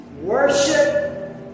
Worship